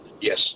yes